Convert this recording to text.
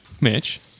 Mitch